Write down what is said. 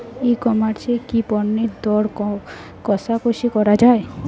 ই commerce এ কি পণ্যের দর কশাকশি করা য়ায়?